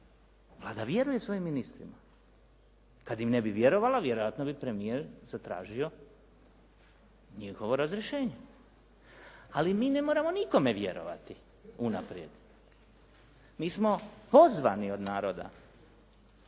Vlada vjeruje svojim ministrima. Kad im ne bi vjerovala vjerojatno bi premijer zatražio njihovo razrješenje. Ali mi ne moramo nikome vjerovati unaprijed. Mi smo pozvani od naroda